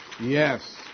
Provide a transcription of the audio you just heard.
Yes